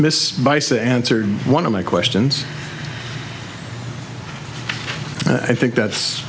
miss bison answered one of my questions i think that's